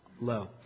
low